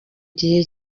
gihe